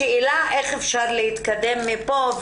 השאלה איך אפשר להתקדם מפה.